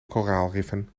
koraalriffen